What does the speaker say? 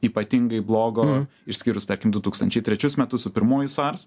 ypatingai blogo išskyrus tarkim du tūkstančiai trečius metus su pirmuoju sars